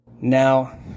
Now